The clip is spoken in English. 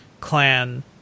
clan